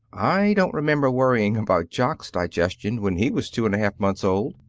i don't remember worrying about jock's digestion when he was two and a half months old!